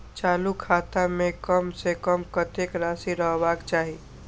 चालु खाता में कम से कम कतेक राशि रहबाक चाही?